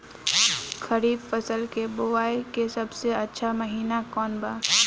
खरीफ फसल के बोआई के सबसे अच्छा महिना कौन बा?